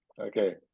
okay